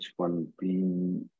H1B